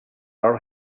our